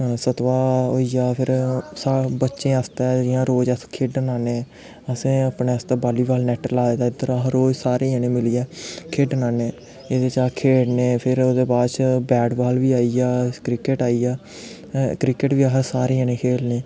सतवाह् होई जा फिर बच्चें आस्तै जि'यां अस रोज खेढने आह्न्ने असें अपनै आस्तै बॉली बॉल नैट लाए दा इद्धर अस रोज सारे जनें मिलियै खेढने आह्न्ने एह्दे च अस खेढने फिर ओह्दे बाद बैट बॉल बी आई गेआ क्रिकेट आई गेआ क्रिकेट बी अस सारे जनें खेलने